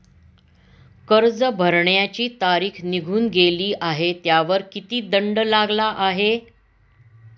कर्ज भरण्याची तारीख निघून गेली आहे त्यावर किती दंड लागला आहे?